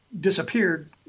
disappeared